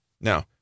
Now